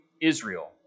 Israel